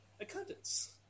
accountants